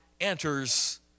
enters